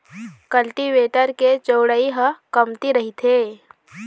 cultivator के चउड़ई ह कमती रहिथे